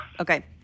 Okay